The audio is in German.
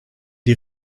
die